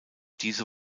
diese